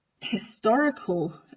historical